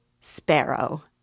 sparrow